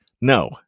No